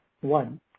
one